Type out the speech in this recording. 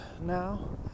now